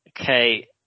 Okay